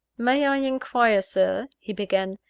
may i inquire, sir, he began,